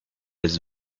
his